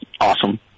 awesome